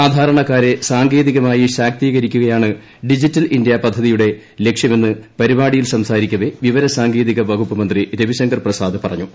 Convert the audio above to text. സാധാരണക്കാരെ സാങ്കേതികമായി ശാക്തീകരിക്കുകയാണ് ഡിജിറ്റൽ ഇന്ത്യ പദ്ധതിയുടെ ലക്ഷ്യമെന്ന് പരിപാടിയിൽ സംസാരിക്കവെ വിവര സാങ്കേതിക വകുപ്പ് മന്ത്രി രവിശങ്കർ പ്രസാദ് പറഞ്ഞു